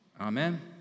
Amen